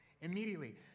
immediately